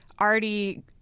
already